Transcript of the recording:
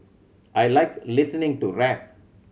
I like listening to rap